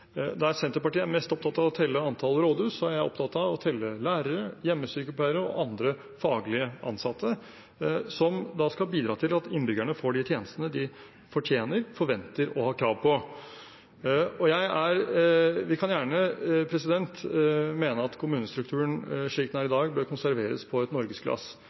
Der Senterpartiet er mest opptatt av å telle antall rådhus, er jeg opptatt av å telle lærere, hjemmesykepleiere og andre faglig ansatte som skal bidra til at innbyggerne får de tjenestene de fortjener, forventer og har krav på. Vi kan gjerne mene at kommunestrukturen slik den er i dag, bør konserveres på et